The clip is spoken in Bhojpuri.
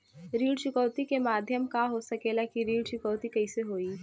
ऋण चुकौती के माध्यम का हो सकेला कि ऋण चुकौती कईसे होई?